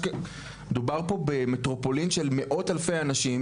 מדובר פה במטרופולין של מאות אלפי אנשים